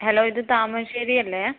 hello ഇത് താമരശ്ശേരിയല്ലേ